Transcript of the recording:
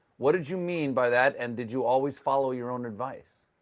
what did you mean by that, and did you always follow your own advice?